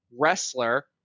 wrestler